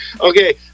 Okay